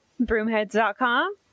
Broomheads.com